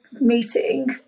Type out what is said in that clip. meeting